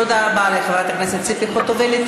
תודה רבה לחברת הכנסת ציפי חוטובלי.